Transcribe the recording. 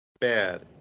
Bad